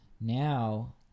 now